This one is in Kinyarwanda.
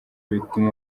bituma